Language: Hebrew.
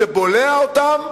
זה בולע אותם,